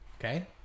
okay